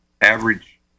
average